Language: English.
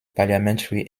parliamentary